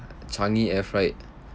changi air freight